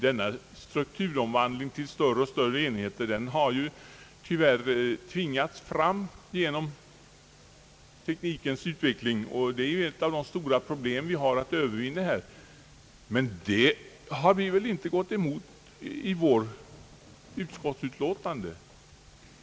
Denna strukturomvandling till större och större enheter har tyvärr tvingats fram genom teknikens utveckling, och den medför de stora problem vi nu har att övervinna. Men detta har vi väl inte gått emot i vårt utskottsutlåtande.